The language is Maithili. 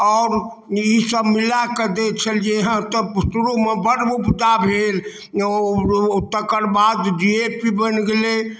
आओर ई सब मिलाकऽ दै छलियैहेँ तब उसरोमे बड्ड उपजा भेल तकर बाद डी ए पी बनि गेलै